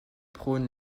prône